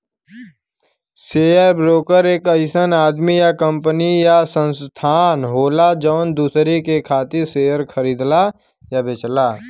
share broker एक अइसन आदमी या कंपनी या संस्थान होला जौन दूसरे के खातिर शेयर खरीदला या बेचला